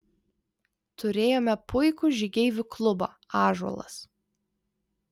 turėjome puikų žygeivių klubą ąžuolas